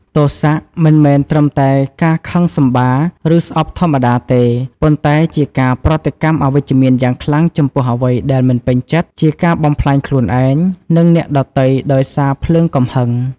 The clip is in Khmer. ទោសៈ មិនមែនត្រឹមតែការខឹងសម្បារ ឬស្អប់ធម្មតាទេ ប៉ុន្តែជាការប្រតិកម្មអវិជ្ជមានយ៉ាងខ្លាំងចំពោះអ្វីដែលមិនពេញចិត្ត ជាការបំផ្លាញខ្លួនឯង និងអ្នកដទៃដោយសារភ្លើងកំហឹង។